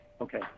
Okay